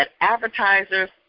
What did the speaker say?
advertisers